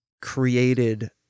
created